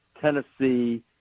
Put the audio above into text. Tennessee